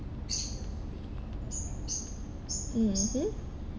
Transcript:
mmhmm